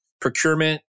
procurement